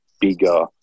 bigger